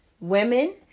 women